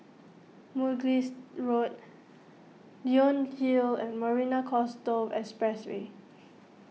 Mugliston Road Leonie Hill and Marina Coastal Expressway